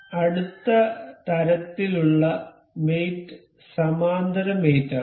അടുത്ത തരത്തിലുള്ള മേറ്റ് സമാന്തര മേറ്റ് ആണ്